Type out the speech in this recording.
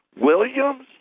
Williams